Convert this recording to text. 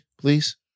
please